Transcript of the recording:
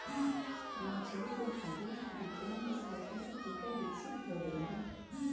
मछली कुल खातिर विज्ञान के सहायता से टीका विकसित हो गइल बा